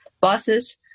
buses